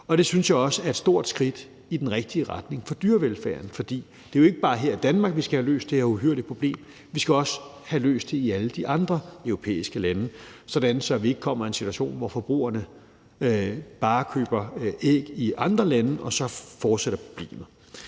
Det synes jeg også er et stort skridt i den rigtige retning for dyrevelfærden, for det er jo ikke bare her i Danmark, vi skal have løst det her uhyrlige problem. Vi skal også have løst det i alle de andre europæiske lande, så vi ikke kommer i en situation, hvor forbrugerne bare køber æg i andre lande, for så fortsætter problemet.